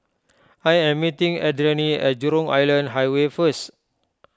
I am meeting Adrianne at Jurong Island Highway first